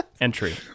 entry